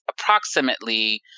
approximately